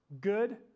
good